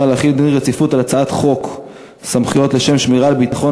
להחיל דין רציפות על הצעת חוק סמכויות לשם שמירה על ביטחון